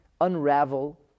unravel